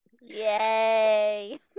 Yay